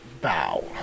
bow